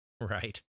Right